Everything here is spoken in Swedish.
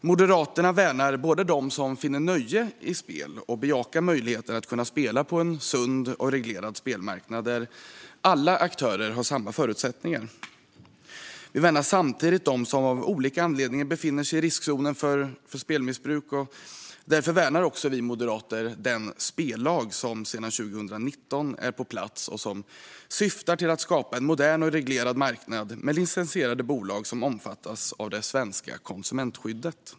Moderaterna värnar dem som finner nöje i spel och bejakar möjligheterna att spela på en sund och reglerad spelmarknad där alla aktörer har samma förutsättningar. Vi värnar samtidigt dem som av olika anledningar befinner sig i riskzonen för spelmissbruk. Därför värnar vi moderater också den spellag som sedan 2019 är på plats och som syftar till att skapa en modern och reglerad marknad med licensierade bolag som omfattas av det svenska konsumentskyddet.